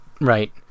Right